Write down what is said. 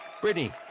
Brittany